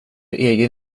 egen